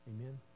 Amen